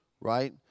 Right